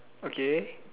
okay